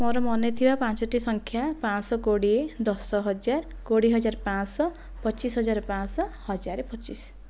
ମୋ'ର ମନେ ଥିବା ପାଞ୍ଚଟି ସଂଖ୍ୟା ପାଞ୍ଚଶହ କୋଡ଼ିଏ ଦଶ ହଜାର କୋଡ଼ିଏ ହଜାର ପାଞ୍ଚଶହ ପଚିଶ ହଜାର ପାଞ୍ଚଶହ ହଜାରେ ପଚିଶି